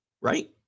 Right